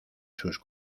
sus